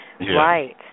Right